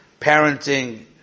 parenting